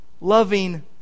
Loving